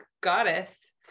goddess